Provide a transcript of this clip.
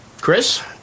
Chris